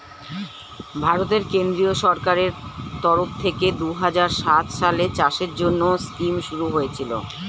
ভারতের কেন্দ্রীয় সরকারের তরফ থেকে দুহাজার সাত সালে চাষের জন্যে স্কিম শুরু হয়েছিল